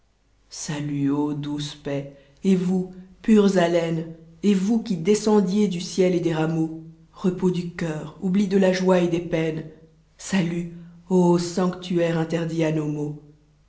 ut ô douce paix et vous pures hatefnes et vous qui descendiez du ciel et des rameaux repos du cœur oubli de la joie et des peines sa at û sanctuaire nterd t a nos